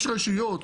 יש רשויות